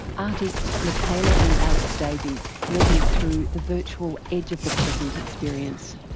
artists michaela and alex davies led me through the virtual edge of the present experience.